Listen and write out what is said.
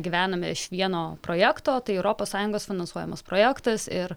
gyvenome iš vieno projekto tai europos sąjungos finansuojamas projektas ir